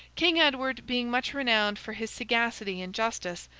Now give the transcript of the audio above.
king edward being much renowned for his sagacity and justice,